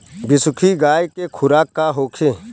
बिसुखी गाय के खुराक का होखे?